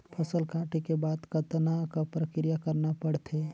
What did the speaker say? फसल काटे के बाद कतना क प्रक्रिया करना पड़थे?